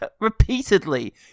repeatedly